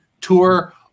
tour